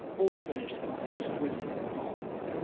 all finished in that exquisite mahogany,